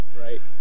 right